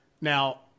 Now